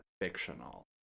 fictional